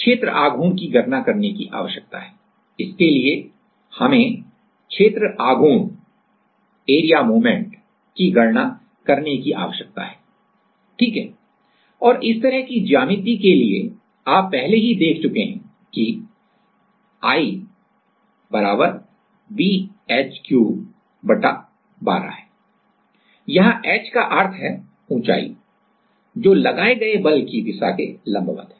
किसके लिए हमें क्षेत्र आघूर्ण की गणना करने की आवश्यकता है सही है और इस तरह की ज्यामिति के लिए आप पहले ही देख चुके हैं कि I bh312 है और यहाँ h का अर्थ है ऊँचाई है जो लगाए गए बल की दिशा के लंबवत है